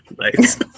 Nice